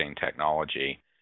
technology